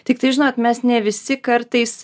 tiktai žinot mes ne visi kartais